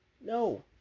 No